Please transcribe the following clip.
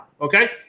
okay